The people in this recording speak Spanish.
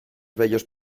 bellos